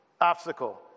obstacle